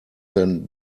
than